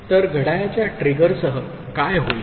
तर घड्याळाच्या ट्रिगरसह काय होईल